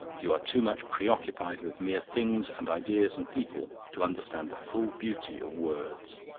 you are too much preoccupied with mere things and ideas and people to understand the full beauty of words.